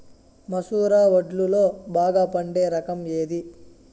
మసూర వడ్లులో బాగా పండే రకం ఏది?